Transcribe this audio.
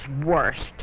worst